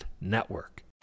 network